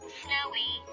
snowy